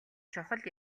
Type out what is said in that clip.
чухал